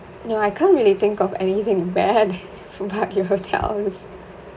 no I can't really think of anything bad about your hotels